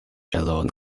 alone